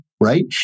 right